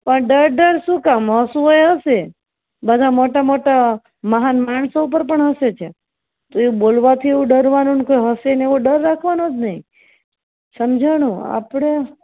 પણ ડર ડર શું કામ હસવું હોય એ હસે બધા મોટા મોટા મહાન માણસો ઉપર પણ હસે છે તોહ એ બોલવાથી એવું ડરવાનું કોઈ હસે ને એવો ડર રાખવાનો જ નહીં સમજાણું આપણે